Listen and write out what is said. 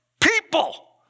people